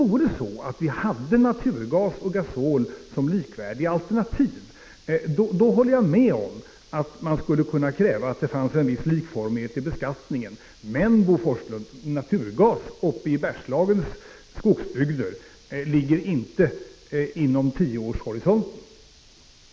Om naturgas och gasol vore likvärdiga alternativ, då kunde jag hålla med om att man skulle kunna kräva en viss likformighet i beskattningen. Men, Bo Forslund, naturgas uppe i Bergslagens skogsbygder ligger inte inom tioårsho — Prot. 1985/86:50 risonten.